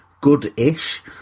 good-ish